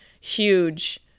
huge